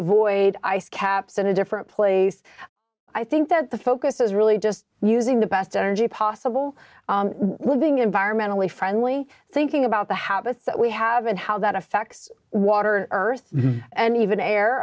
avoid ice caps in a different place i think that the focus is really just using the best energy possible while being environmentally friendly thinking about the habits that we have and how that affects water earth and even air